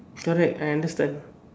correct I understand